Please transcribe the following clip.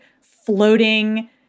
floating